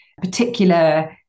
particular